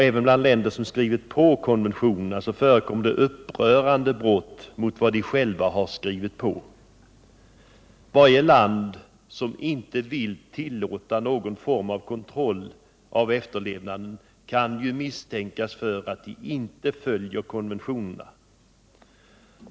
Även i länder som själva har skrivit på konventionerna förekommer upprörande brott mot dessa. Varje land som inte vill tillåta någon form av kontroll av efterlevnaden kan misstänkas för att inte följa konventionerna.